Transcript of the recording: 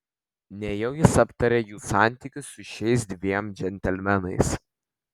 nejau jis aptarė jų santykius su šiais dviem džentelmenais